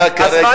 אתה כרגע,